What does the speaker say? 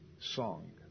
song